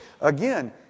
Again